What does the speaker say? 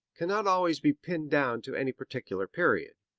cannot always be pinned down to any particular period.